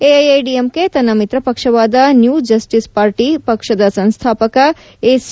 ಎಐಎಡಿಎಂಕೆ ತನ್ನ ಮಿತ್ರ ಪಕ್ಷವಾದ ನ್ಯೂ ಜಸ್ನೀಸ್ ಪಾರ್ಟಿ ಪಕ್ಷದ ಸಂಸ್ಥಾಪಕ ಎಸಿ